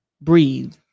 breathe